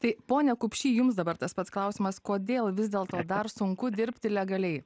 tai pone kupšį jums dabar tas pats klausimas kodėl vis dėlto dar sunku dirbti legaliai